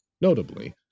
Notably